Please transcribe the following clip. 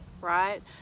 right